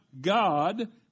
God